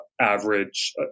average